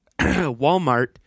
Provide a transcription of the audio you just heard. Walmart